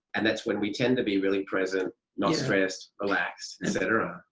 and that's when we tend to be really present, not stressed, relaxed etc.